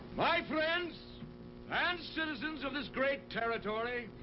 my friends and citizens of this great territory,